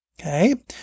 okay